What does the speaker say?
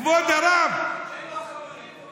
כבוד הרב, אין לו חברים טובים.